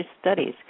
studies